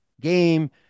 game